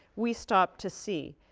we stopped to see.